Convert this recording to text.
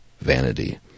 vanity